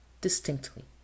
distinctly